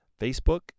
Facebook